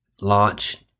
launch